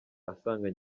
asanga